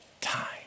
time